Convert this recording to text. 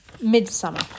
Midsummer